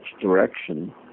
direction